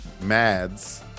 Mads